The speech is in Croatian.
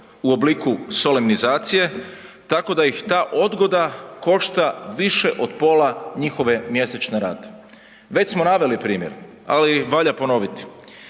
u obliku solemnizacije tako da ih ta odgoda košta više od pola njihove mjesečne rate. Već smo naveli primjer, ali valja ponoviti.